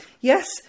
Yes